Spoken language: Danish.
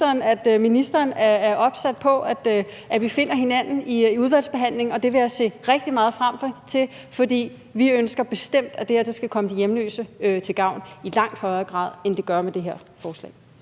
at ministeren er opsat på, at vi finder hinanden i udvalgsbehandlingen, og det vil jeg se rigtig meget frem til. For vi ønsker bestemt, at det her skal komme de hjemløse til gavn i langt højere grad, end det gør med det her forslag.